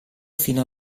fino